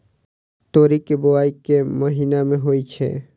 तोरी केँ बोवाई केँ महीना मे होइ छैय?